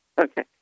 Okay